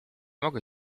mogę